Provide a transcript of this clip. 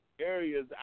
areas